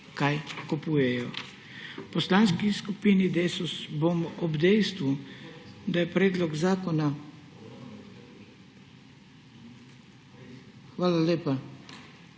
kaj kupujejo. V Poslanski skupini Desus bomo ob dejstvu, da je predlog zakona pomanjkljiv